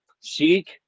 chic